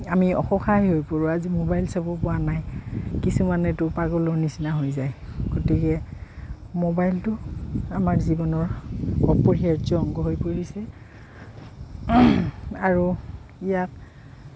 আমি অসহায় হৈ পৰোঁ আজি মোবাইল চাব পোৱা নাই কিছুমানেতো পাগলৰ নিচিনা হৈ যায় গতিকে মোবাইলটো আমাৰ জীৱনৰ অপৰিহাৰ্য অংগ হৈ পৰিছে আৰু ইয়াত